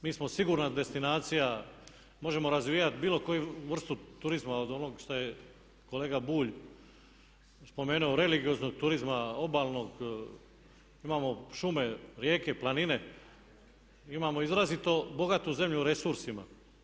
Mi smo sigurna destinacija, možemo razvijati bilo koju vrstu turizma, od onog što je kolega Bulj spomenuo religioznog turizma, obalnog, imamo šume, rijeke, planine, imamo izrazito bogatu zemlju resursima.